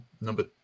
number